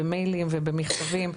במיילים ובמכתבים.